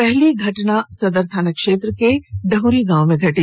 पहली घटना सदर थाना क्षेत्र के डहरी गांव में घटी